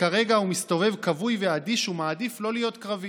וכרגע הוא מסתובב כבוי ואדיש ומעדיף לא להיות קרבי,